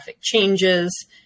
changes